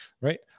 right